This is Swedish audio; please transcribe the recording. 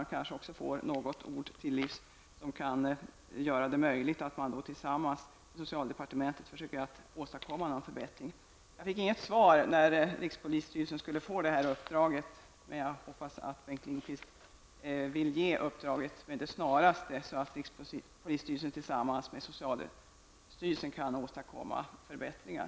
Hon kanske också får sig något ord till livs, som kan bidra till att man tillsammans med socialdepartementet försöker åstadkomma en förbättring. Jag fick inget svar på min fråga om när rikspolisstyrelsen skall få detta uppdrag, men jag hoppas att Bengt Lindqvist ger uppdraget med det snaraste, så att rikspolisstyrelsen tillsammans med socialstyrelsen kan åstadkomma förbättringar.